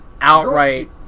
outright